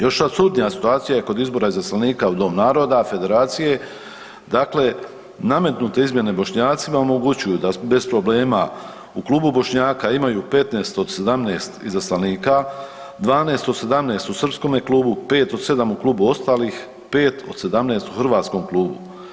Još apsurdnija situacija je kod izbora izaslanika u Dom naroda Federacije, dakle nametnute izmjene Bošnjacima omogućuju da bez problema u klubu Bošnjaka imaju 15 od 17 izaslanika, 12 od 17 u srpskome klubu, 5 od 7 u klubu ostalih, 5 od 17 u hrvatskom klubu.